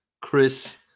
Chris